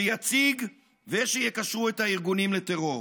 שיציג ושיקשרו את הארגונים לטרור.